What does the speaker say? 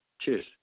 Cheers